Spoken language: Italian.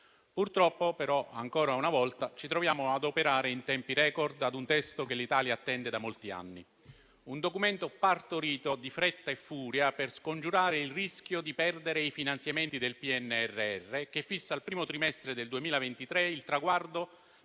Purtroppo, ancora una volta, ci ritroviamo a operare, in tempi *record*, ad un testo che l'Italia attende da molti anni: un documento partorito in fretta e furia per scongiurare il rischio di perdere i finanziamenti del PNRR, che fissa al primo trimestre del 2023 il traguardo